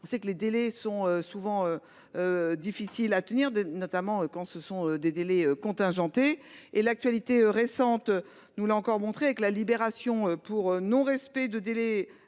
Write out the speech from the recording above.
On sait que les délais sont souvent difficiles à tenir, notamment quand ils sont contingentés. L'actualité récente nous l'a encore montré, avec la libération pour non-respect des délais